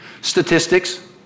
Statistics